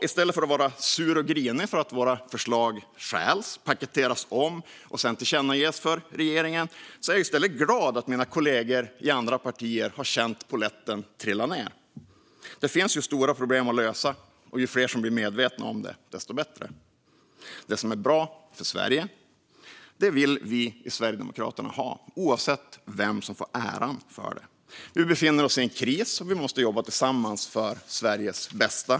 I stället för att vara sur och grinig för att våra förslag stjäls, paketeras om och sedan tillkännages för regeringen är jag alltså glad över att polletten har trillat ned hos mina kollegor i andra partier. Det finns stora problem att lösa, och ju fler som blir medvetna om det desto bättre. Det som är bra för Sverige vill vi i Sverigedemokraterna ha, oavsett vem som får äran för det. Vi befinner oss i en kris, och vi måste jobba tillsammans för Sveriges bästa.